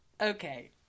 Okay